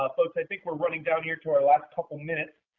ah folks, i think we're running down here to our last couple minutes.